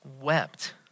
wept